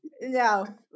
no